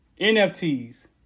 NFTs